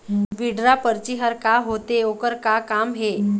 Withdraw परची हर का होते, ओकर का काम हे?